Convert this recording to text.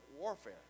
warfare